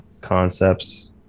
concepts